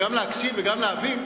גם להקשיב וגם להבין?